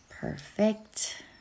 Perfect